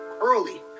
early